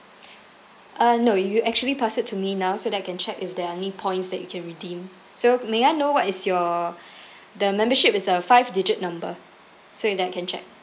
uh no you actually pass it to me now so that I can check if there are any new points that you can redeem so may I know what is your the membership is a five digit number so you that can check